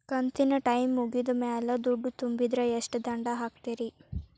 ಕಂತಿನ ಟೈಮ್ ಮುಗಿದ ಮ್ಯಾಲ್ ದುಡ್ಡು ತುಂಬಿದ್ರ, ಎಷ್ಟ ದಂಡ ಹಾಕ್ತೇರಿ?